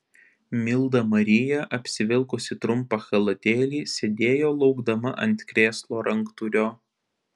milda marija apsivilkusi trumpą chalatėlį sėdėjo laukdama ant krėslo ranktūrio